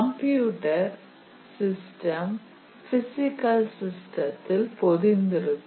computer system physical சிஸ்டத்தில் பொதிந்திருக்கும்